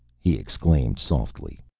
he exclaimed softly.